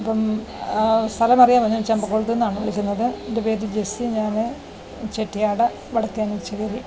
അപ്പം സ്ഥലം അറിയാമോ ഞാൻ ചമ്പകുളത്തിൽ നിന്നാണ് വിളിക്കുന്നത് എൻ്റെ പേരു ജെസ്സി എന്നാണ് ചെട്ടിയാട് വടത്തേമുച്ചേരി